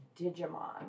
Digimon